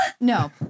No